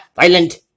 violent